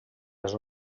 les